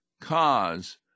cause